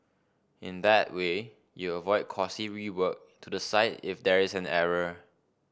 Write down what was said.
in that way you avoid costly rework to the site if there is an error